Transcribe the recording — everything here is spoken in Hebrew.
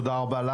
תודה רבה.